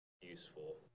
useful